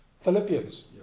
Philippians